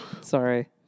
Sorry